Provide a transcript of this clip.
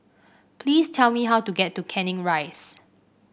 please tell me how to get to Canning Rise